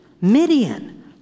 Midian